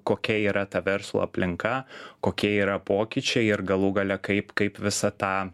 kokia yra ta verslo aplinka kokie yra pokyčiai ir galų gale kaip kaip visą tą